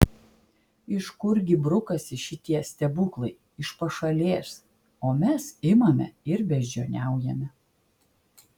iš kurgi brukasi šitie stebuklai iš pašalės o mes imame ir beždžioniaujame